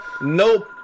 Nope